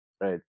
right